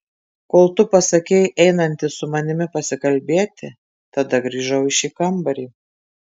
kol tu pasakei einantis su manimi pasikalbėti tada grįžau į šį kambarį